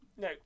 No